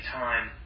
time